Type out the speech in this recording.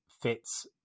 fits